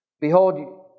Behold